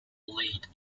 laid